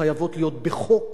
חייבות להיות בחוק,